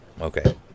okay